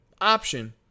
option